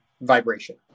vibration